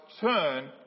turn